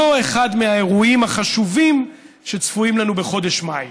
לא אחד מהאירועים החשובים שצפויים לנו בחודש מאי,